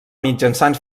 mitjançant